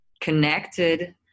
connected